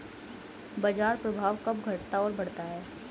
बाजार प्रभाव कब घटता और बढ़ता है?